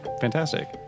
Fantastic